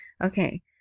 okay